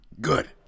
Good